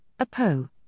APO